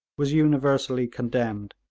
was universally condemned.